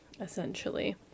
essentially